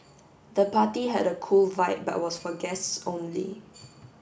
the party had a cool vibe but was for guests only